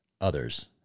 Others